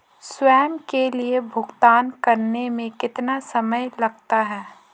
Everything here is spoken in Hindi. स्वयं के लिए भुगतान करने में कितना समय लगता है?